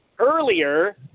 earlier